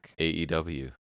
AEW